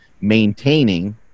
maintaining